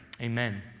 amen